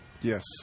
Yes